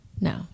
No